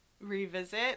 revisit